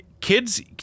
kids